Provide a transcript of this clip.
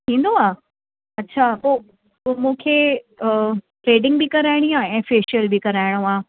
थींदो आहे अच्छा पोइ पोइ मुखे थ्रेडिंग बि कराइणी आहे ऐं फ़ेशियल बि कराइणो आहे